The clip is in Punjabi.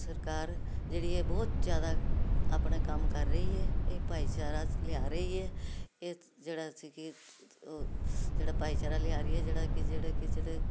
ਸਰਕਾਰ ਜਿਹੜੀ ਹ ਬਹੁਤ ਜਿਆਦਾ ਆਪਣਾ ਕੰਮ ਕਰ ਰਹੀ ਹੈ ਇਹ ਭਾਈਚਾਰਾ ਲਿਆ ਰਹੀ ਇਹ ਜਿਹੜਾ ਸੀ ਕੀ ਜਿਹੜਾ ਭਾਈਚਾਰਾ ਲਿਆ ਰਹੀ ਹ ਜਿਹੜਾ ਕਿ ਜਿਹੜੇ ਕਿਸੇ ਦੇ